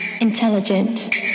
intelligent